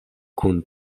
kun